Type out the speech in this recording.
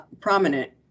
prominent